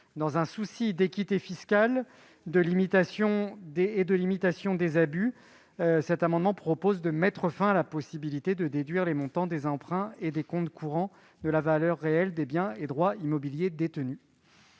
Dans un souci d'équité fiscale et de limitation des abus, nous proposons de mettre fin à la possibilité de déduire les montants des emprunts et des comptes courants de la valeur réelle des biens et droits immobiliers détenus.